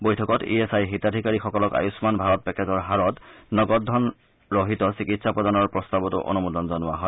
বৈঠকত ই এছ আইৰ হিতাধিকাৰীসকলক আয়ুমান ভাৰত পেকেজৰ হাৰত নগদ ধন ৰহিত চিকিৎসা প্ৰদানৰ প্ৰস্তাৱতো অনুমোদন জনোৱা হয়